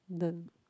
don't